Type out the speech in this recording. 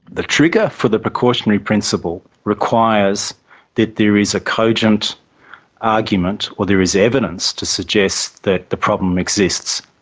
the trigger for the precautionary principle requires that there is a cogent argument or there is evidence to suggest that the problem exists.